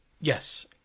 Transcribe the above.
Yes